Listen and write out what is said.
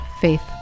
faith